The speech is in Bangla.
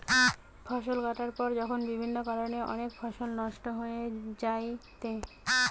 ফসল কাটার পর যখন বিভিন্ন কারণে অনেক ফসল নষ্ট হয়ে যায়েটে